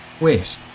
Wait